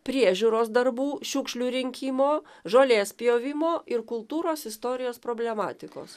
priežiūros darbų šiukšlių rinkimo žolės pjovimo ir kultūros istorijos problematikos